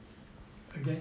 again